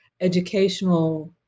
educational